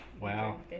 Wow